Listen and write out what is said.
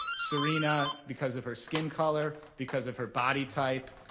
serena, because of her skin color, because of her body type.